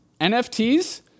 NFTs